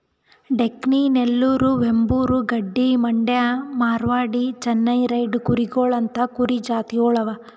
Deccani, Nellore, Vembur, Gaddi, Mandya, Marwari, Chennai red ಕೂರಿಗೊಳ್ ಅಂತಾ ಕುರಿ ಜಾತಿಗೊಳ್ ಅವಾ